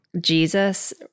Jesus